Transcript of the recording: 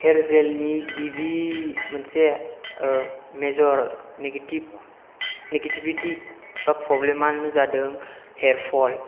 हेर जेलनि गिबि मोनसे मेजर नेगेटिब नेगेटिबिति बा प्रब्लेमआनो जादों हेरफल